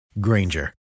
Granger